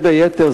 בין היתר,